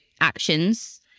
actions